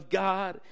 god